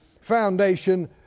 foundation